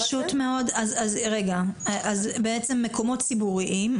אז בעצם מקומות ציבוריים,